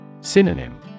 Synonym